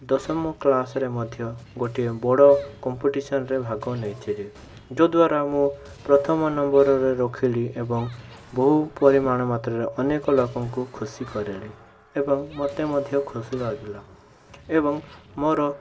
ଦଶମ କ୍ଲାସ୍ରେ ମଧ୍ୟ ଗୋଟିଏ ବଡ଼ କମ୍ପିଟିସନ୍ରେ ଭାଗ ନେଇଥିଲି ଯଦ୍ୱାରା ମୁଁ ପ୍ରଥମ ନମ୍ୱରର ରଖିଲି ଏବଂ ବହୁ ପରିମାଣ ମାତ୍ରାରେ ଅନେକ ଲୋକଙ୍କୁ ଖୁସି କରାଇଲି ଏବଂ ମୋତେ ମଧ୍ୟ ଖୁସି ଲାଗିଲା ଏବଂ ମୋର